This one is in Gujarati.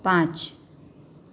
પાંચ